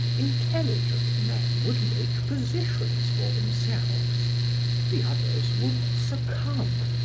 intelligent men would make positions for themselves the others would succumb.